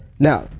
Now